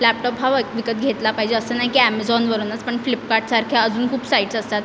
laptop हवा विकत घेतला पाहिजे असं नाही की ॲमेझॉनवरूनच पण फ्लिपकार्टसारख्या अजून खूप साइट्स असतात